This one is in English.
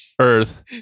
earth